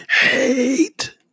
hate